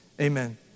Amen